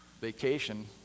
vacation